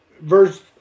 verse